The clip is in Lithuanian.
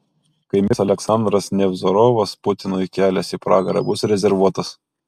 kai mirs aleksandras nevzorovas putinui kelias į pragarą bus rezervuotas